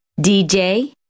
dj